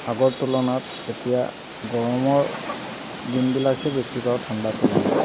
আগৰ তুলনাত এতিয়া গৰমৰ দিনবিলাকহে বেছি পাওঁ ঠাণ্ডাৰ তুলনাত